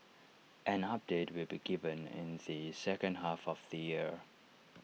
an update will be given in the second half of the year